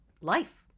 life